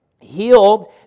Healed